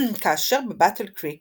כאשר בבאטל קריק